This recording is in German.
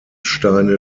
steine